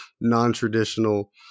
non-traditional